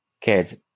kids